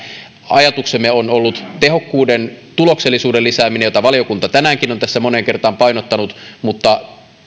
ajatuksemme on ollut tehokkuuden ja tuloksellisuuden lisääminen jota valiokunta tänäänkin on tässä moneen kertaan painottanut mutta